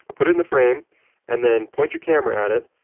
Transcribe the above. but put it in the frame and then point your camera at it,